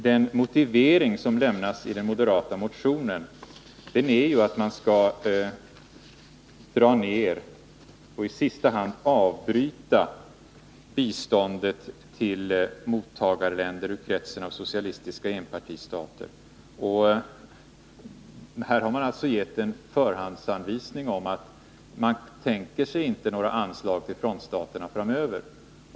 Den motivering som lämnas i den moderata motionen är ju att man skall 5 Sä 7 5 é Internationellt dra ner och i sista hand avbryta biståndet till mottagarländer ur kretsen av 5 alien ; z ne x AR utvecklingssamarsocialistiska enpartistater. Här har man alltså gjort en förhandsanvisning av betemim att man inte tänker sig några anslag till frontstaterna framöver.